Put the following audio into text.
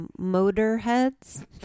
motorheads